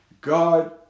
God